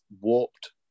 warped